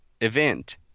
event